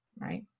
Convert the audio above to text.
right